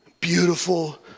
beautiful